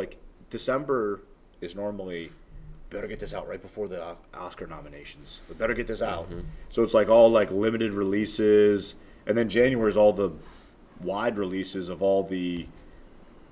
like december is normally get this out right before the oscar nominations but better get this out so it's like all like limited releases and then january's all the wide releases of all the